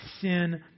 sin